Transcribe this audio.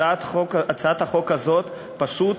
הצעת החוק הזאת פשוט